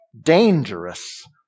dangerous